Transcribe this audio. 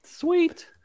Sweet